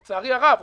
לצערי הרב,